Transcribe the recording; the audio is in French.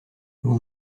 vous